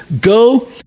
Go